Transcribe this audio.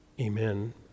amen